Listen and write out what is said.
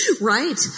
Right